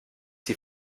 die